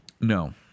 No